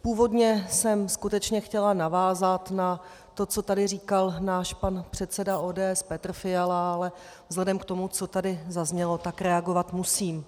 Původně jsem skutečně chtěla navázat na to, co tady říkal náš pan předseda ODS Petr Fiala, ale vzhledem k tomu, co tady zaznělo, tak reagovat musím.